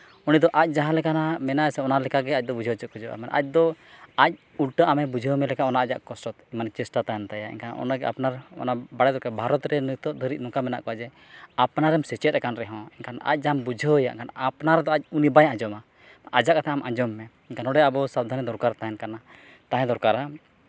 ᱩᱱᱤ ᱫᱚ ᱟᱡᱽ ᱡᱟᱦᱟᱸ ᱞᱮᱠᱟᱱᱟᱜ ᱢᱮᱱᱟᱭᱟ ᱥᱮ ᱚᱱᱟ ᱞᱮᱠᱟᱜᱮ ᱟᱡᱽ ᱫᱚ ᱵᱩᱡᱷᱟᱹᱣ ᱦᱚᱪᱚ ᱠᱷᱚᱡᱚᱜᱼᱟ ᱢᱟᱱᱮ ᱟᱡᱽ ᱫᱚ ᱟᱡᱽ ᱩᱞᱴᱟᱹ ᱟᱢᱮᱭ ᱵᱩᱡᱷᱟᱹᱣ ᱢᱮ ᱞᱮᱠᱟ ᱚᱱᱠᱟ ᱟᱡᱟᱜ ᱠᱚᱥᱴᱚ ᱢᱟᱱᱮ ᱪᱮᱥᱴᱟ ᱛᱟᱦᱮᱱ ᱛᱟᱭᱟ ᱮᱱᱠᱷᱟᱱ ᱚᱱᱟᱜᱮ ᱟᱯᱱᱟᱨ ᱚᱱᱟ ᱵᱟᱭ ᱫᱚᱨᱠᱟᱨᱚᱜᱼᱟ ᱵᱷᱟᱨᱚᱛ ᱨᱮ ᱱᱤᱛᱳᱜ ᱫᱷᱟᱹᱨᱤᱪ ᱡᱮ ᱟᱯᱱᱟᱨᱮᱢ ᱥᱮᱪᱮᱫ ᱟᱠᱟᱱ ᱨᱮᱦᱚᱸ ᱮᱱᱠᱷᱟᱱ ᱟᱡᱽ ᱡᱟᱦᱟᱸᱢ ᱵᱩᱡᱷᱟᱹᱣᱮᱭᱟ ᱟᱯᱱᱟᱨ ᱫᱚ ᱩᱱᱤ ᱟᱡᱽ ᱵᱟᱭ ᱟᱸᱡᱚᱢᱟ ᱟᱡᱟᱜ ᱜᱮᱛᱟᱭ ᱟᱸᱡᱚᱢ ᱢᱮ ᱮᱱᱠᱷᱟᱱ ᱱᱚᱸᱰᱮ ᱟᱵᱚ ᱥᱟᱵᱫᱷᱟᱱᱤ ᱫᱚᱨᱠᱟᱨ ᱛᱟᱦᱮᱱ ᱠᱟᱱᱟ ᱛᱟᱦᱮᱸ ᱫᱚᱨᱠᱟᱨᱟ